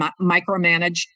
micromanage